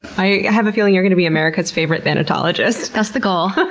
i have a feeling you're going to be america's favorite thanatologist. that's the goal.